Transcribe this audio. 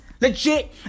Legit